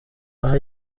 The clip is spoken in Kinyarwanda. aha